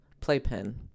Playpen